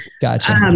Gotcha